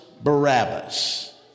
Barabbas